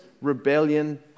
rebellion